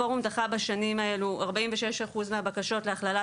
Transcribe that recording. הפורום דחה בשנים האלה 46% מהבקשות להכללת